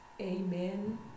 Amen